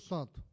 Santo